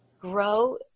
grow